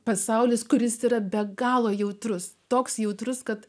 pasaulis kuris yra be galo jautrus toks jautrus kad